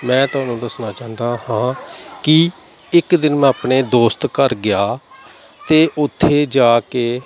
ਮੈਂ ਤੁਹਾਨੂੰ ਦੱਸਣਾ ਚਾਹੁੰਦਾ ਹਾਂ ਕਿ ਇੱਕ ਦਿਨ ਮੈਂ ਆਪਣੇ ਦੋਸਤ ਘਰ ਗਿਆ ਅਤੇ ਉੱਥੇ ਜਾ ਕੇ